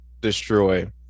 destroy